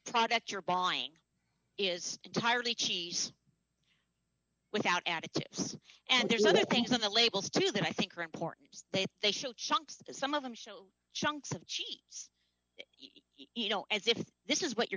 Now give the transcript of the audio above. product you're buying is entirely cheese without additives and there's other things in the labels to you that i think are important they should chunks some of them show chunks of cheese you know as if this is what you're